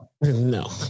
No